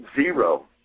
Zero